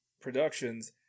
productions